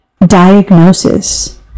Diagnosis